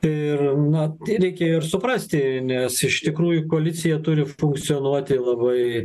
ir na tai reikėjo ir suprasti nes iš tikrųjų koalicija turi funkcionuoti labai